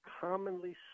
commonly